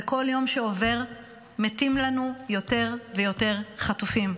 ובכל יום שעובר מתים לנו יותר ויותר חטופים.